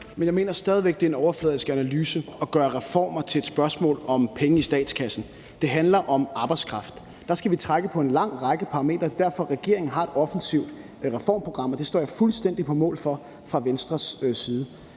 Men jeg mener stadig væk, at det er en overfladisk analyse at gøre reformer til et spørgsmål om penge i statskassen. Det handler om arbejdskraft. Der skal vi trække på en lang række parametre, og det er derfor, regeringen har et offensivt reformprogram, og det står jeg fuldstændig på mål for på Venstres vegne.